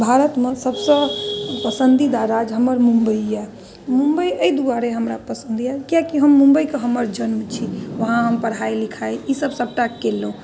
भारतमे सभ से पसंदीदा राज्य हमर मुम्बइ यऽ मुम्बइ एहि दुआरे हमरा पसंद यऽ किआकि हम मुम्बइके हमर जन्म छी वहाँ हम पढ़ाइ लिखाइ ई सभ सभटा केलहुँ